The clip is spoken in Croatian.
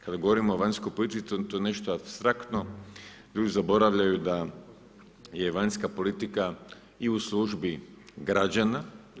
Kada govorimo o vanjskoj politici to je nešto apstraktno, ljudi zaboravljaju da je vanjska politika i u službi građana.